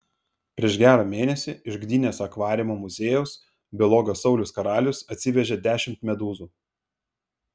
prieš gerą mėnesį iš gdynės akvariumo muziejaus biologas saulius karalius atsivežė dešimt medūzų